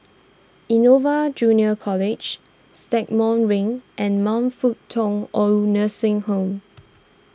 Innova Junior College Stagmont Ring and Man Fut Tong Old Nursing Home